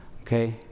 Okay